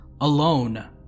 alone